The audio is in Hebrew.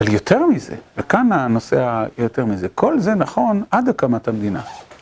אבל יותר מזה, וכאן הנושא היותר מזה, כל זה נכון עד הקמת המדינה.